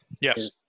yes